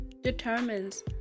determines